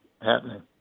happening